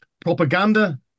propaganda